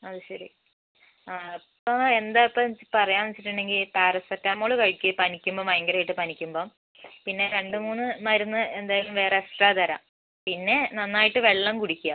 അതു ശരി ആ ഇപ്പം എന്താ ഇപ്പം പറയുക വച്ചിട്ടുണ്ടെങ്കിൽ പാരസെറ്റമോള് കഴിക്ക് പനിക്കുമ്പോൾ ഭയങ്കരമായിട്ട് പനിക്കുമ്പം പിന്നെ രണ്ട് മൂന്ന് മരുന്ന് എന്തായാലും വേറെ എക്സ്ട്രാ തരാം പിന്നെ നന്നായിട്ട് വെള്ളം കുടിക്കുക